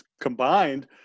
combined